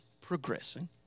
progressing